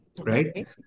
right